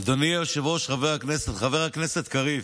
אדוני היושב-ראש, חברי הכנסת, חבר הכנסת קריב,